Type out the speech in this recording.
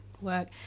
work